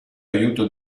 aiuto